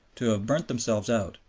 to have burnt themselves out,